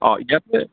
অঁ ইয়াতে